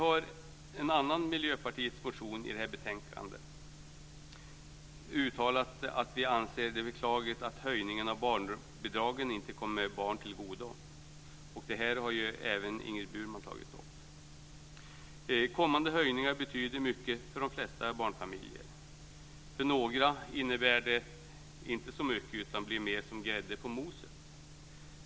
I en annan miljöpartimotion som behandlas i det här betänkandet har vi uttalat att vi anser det beklagligt att höjningen av barnbidragen inte kommer alla barn till godo. Detta har även Ingrid Burman tagit upp. Kommande höjningar betyder mycket för de flesta barnfamiljer. För några innebär de inte så mycket utan blir mer som grädde på moset.